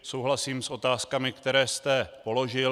Souhlasím s otázkami, které jste položil.